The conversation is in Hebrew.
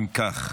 אם כך,